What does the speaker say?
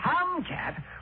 tomcat